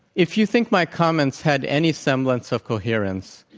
if you think my comments had any semblance of coherence,